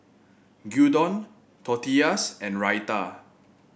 Gyudon Tortillas and Raita